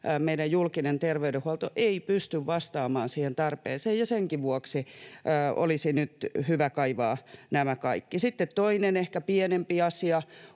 meidän julkinen terveydenhuolto ei pysty vastaamaan siihen tarpeeseen, ja senkin vuoksi olisi nyt hyvä kaivaa nämä kaikki. Sitten toinen, ehkä pienempi asia